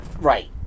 right